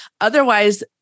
Otherwise